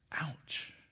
Ouch